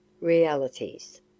realities